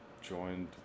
joined